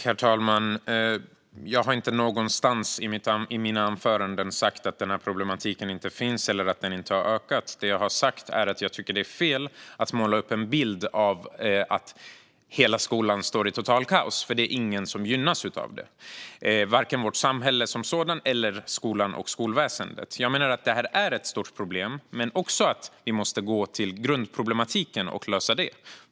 Herr talman! Jag har inte någon gång i mina anföranden sagt att den här problematiken inte finns eller att den inte har ökat. Det jag har sagt är att jag tycker att det är fel att måla upp en bild av att hela skolan står i totalt kaos, för det är ingen som gynnas av det - varken vårt samhälle som sådant eller skolan och skolväsendet. Jag menar att det här är ett stort problem men också att vi måste gå tillbaka till grundproblematiken och lösa den.